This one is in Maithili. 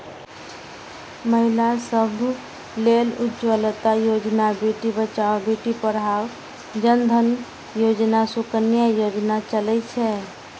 महिला सभ लेल उज्ज्वला योजना, बेटी बचाओ बेटी पढ़ाओ, जन धन योजना, सुकन्या योजना चलै छै